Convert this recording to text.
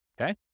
Okay